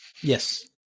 Yes